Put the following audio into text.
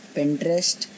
Pinterest